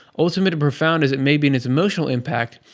ultimate and profound as it may be in its emotional impact,